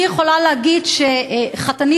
אני יכולה להגיד שחותני,